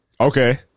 Okay